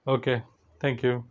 okay thank you